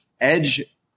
Edge